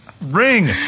ring